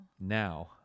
Now